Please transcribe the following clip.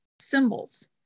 symbols